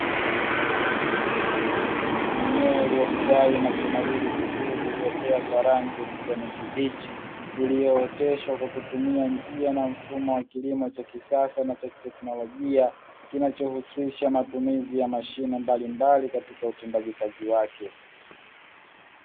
Mimea iliyostawi na kunawiri vizuri iliyopea kwa rangi ya kijani kibichi, iliyooteshwa kwa kutumia njia na mfumo wa kilimo cha kisasa na cha kiteknolojia, kinachohusisha matumizi ya mashine mbalimbali katika utendaji kazi wake.